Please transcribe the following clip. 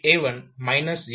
978 A1 0